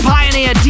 Pioneer